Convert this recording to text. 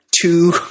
two